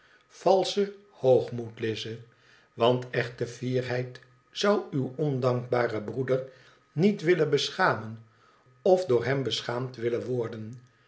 valsche hoogmoed lize want echte fierheid zou uw ondankbaren broeder niet willen beschamen of door hem beschaamd willen worden